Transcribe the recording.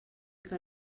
que